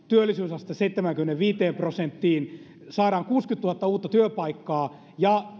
työllisyysasteen seitsemäänkymmeneenviiteen prosenttiin saamme kuusikymmentätuhatta uutta työpaikkaa ja